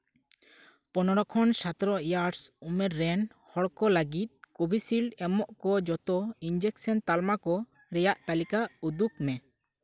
ᱯᱚᱱᱨᱚ ᱠᱷᱚᱱ ᱥᱚᱛᱨᱚ ᱤᱭᱟᱨᱥ ᱩᱢᱮᱨ ᱨᱮᱱ ᱦᱚᱲ ᱠᱚ ᱞᱟᱹᱜᱤᱫ ᱠᱳᱵᱷᱤᱥᱤᱞᱰ ᱮᱢᱚᱜ ᱠᱚ ᱡᱚᱛᱚ ᱤᱱᱡᱮᱠᱥᱮᱱ ᱛᱟᱞᱢᱟ ᱠᱚ ᱨᱮᱭᱟᱜ ᱛᱟ ᱞᱤᱠᱟ ᱩᱫᱩᱜᱽ ᱢᱮ